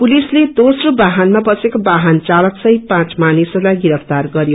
पुलिसले दोम्रो बाहनमा बसेका वाहन चालक सहित पाँच मानिसहरूलाई गिरफ्तार गर्यो